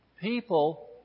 People